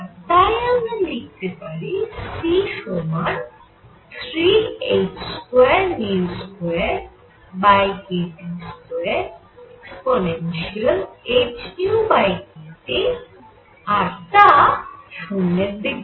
আর তাই আমরা লিখতে পারি C সমান 3h22kT2e hνkT আর তা 0